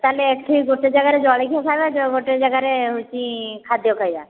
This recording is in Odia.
ତାହେଲେ ଏଇଠି ଗୋଟେ ଜାଗାରେ ଜଲିଖିଆ ଖାଇବା ଗୋଟେ ଜାଗାରେ ହେଉଛି ଖାଦ୍ୟ ଖାଇବା